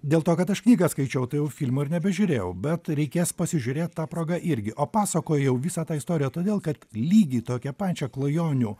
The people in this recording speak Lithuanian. dėl to kad aš knygą skaičiau tai jau filmo ir nebežiūrėjau bet reikės pasižiūrėt ta proga irgi o pasakojau visą tą istoriją todėl kad lygiai tokią pačią klajonių